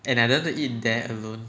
and I don't want to eat there alone